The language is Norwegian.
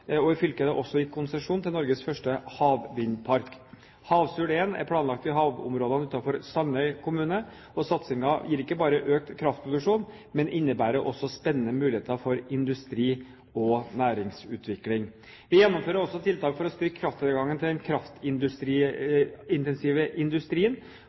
Smøla. I fylket er det også gitt konsesjon til Norges første havvindpark. Havsul I er planlagt i havområdene utenfor Sandøy kommune. Satsingen gir ikke bare økt kraftproduksjon, men innebærer også spennende muligheter for industri- og næringsutvikling. Vi gjennomfører også tiltak for å styrke krafttilgangen til den kraftintensive industrien.